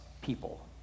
people